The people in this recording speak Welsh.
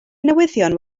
newyddion